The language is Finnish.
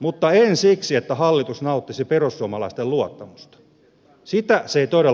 mutta en siksi että hallitus nauttisi perussuomalaisten luottamusta sitä se ei todellakaan nauti